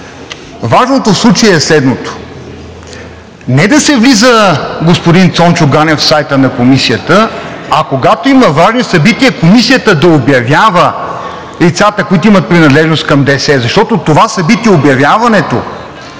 Важното в случая е следното: не да се влиза, господин Цончо Ганев, в сайта на Комисията, а когато има важни събития, Комисията да обявява лицата, които имат принадлежност към ДС, защото това събитие – обявяването,